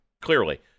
clearly